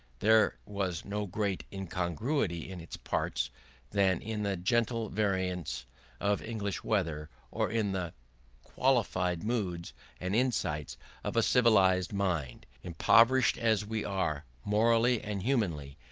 there was no greater incongruity in its parts than in the gentle variations of english weather or in the qualified moods and insights of a civilised mind. impoverished as we are, morally and humanly,